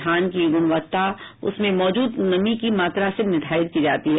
धान की गुणवत्ता उसमें मौजूद नमी की मात्रा से निर्धारित की जाती है